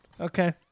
Okay